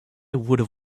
would